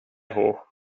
hoog